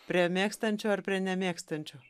prie mėgstančių ar prie nemėgstančių